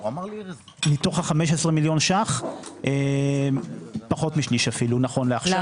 מתוך 15 מיליון ₪ פחות משליש נכון לעכשיו,